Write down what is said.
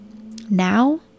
Now